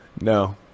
No